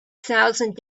thousand